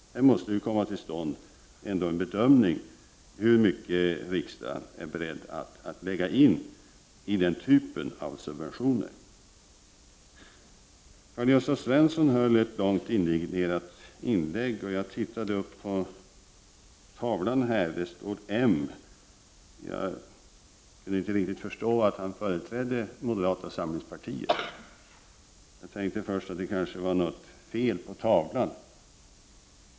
Det måste ändå komma till stånd en bedömning av hur mycket riksdagen är beredd att satsa på den typen av subventioner. Karl-Gösta Svenson höll ett långt indignerat inlägg. Jag tittade då upp på tavlan här i kammaren som anger talare och där stod partibeteckningen m. Jag kunde inte riktigt förstå att han företrädde moderata samlingspartiet. Jag tänkte först att det kanske var något fel på tavlan.